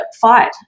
fight